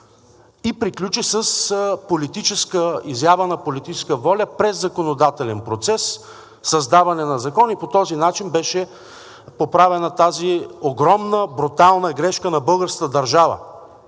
с политическа изява на политическа воля през законодателен процес, създаване на закон и по този начин беше поправена тази огромна, брутална грешка на българската държава.